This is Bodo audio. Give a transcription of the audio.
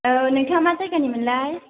औ नोंथाङा मा जायगानि मोनलाय